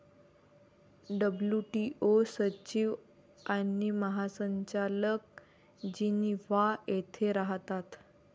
WTO सचिव आणि महासंचालक जिनिव्हा येथे राहतात